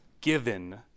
given